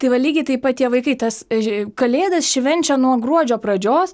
tai va lygiai taip pat tie vaikai tas kalėdas švenčia nuo gruodžio pradžios